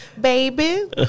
baby